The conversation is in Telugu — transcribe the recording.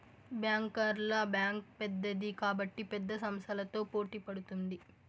బ్యాంకర్ల బ్యాంక్ పెద్దది కాబట్టి పెద్ద సంస్థలతో పోటీ పడుతుంది